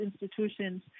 institutions